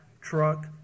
truck